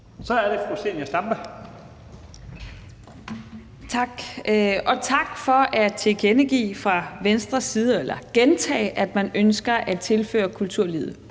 Kl. 12:01 Zenia Stampe (RV): Tak. Og tak for at tilkendegive fra Venstres side – eller gentage – at man ønsker at tilføre kulturlivet